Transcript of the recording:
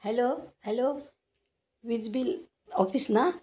hello hello वीज bill office ना